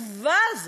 העלובה הזאת,